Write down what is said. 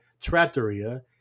trattoria